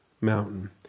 mountain